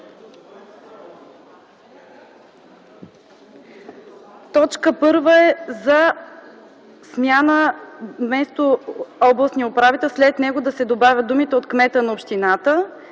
Точка 1 е за смяна – вместо „областния управител”, след него да се добавят думите „от кмета на общината”